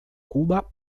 cuba